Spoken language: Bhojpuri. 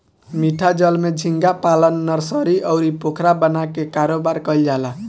मीठा जल में झींगा पालन नर्सरी, अउरी पोखरा बना के कारोबार कईल जाला